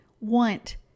want